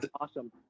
awesome